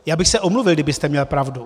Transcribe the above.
Já bych se omluvil, kdybyste měl pravdu.